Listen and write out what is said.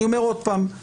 אני אומר עוד פעם,